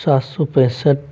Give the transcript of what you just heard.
सात सौ पैंसठ